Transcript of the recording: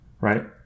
right